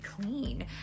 clean